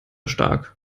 stark